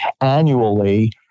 annually